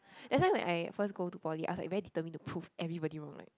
that's why when I first go to poly I was like very determined to prove everybody wrong like